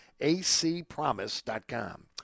acpromise.com